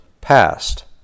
past